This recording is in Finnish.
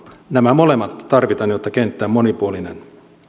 nämä molemmat tarvitaan jotta kenttä on monipuolinen